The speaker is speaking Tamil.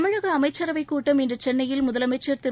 தமிழக அமைச்சரவைக் கூட்டம் இன்று சென்னையில் முதலமைச்ச் திரு